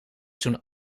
toen